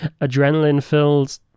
adrenaline-filled